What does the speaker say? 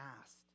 asked